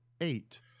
eight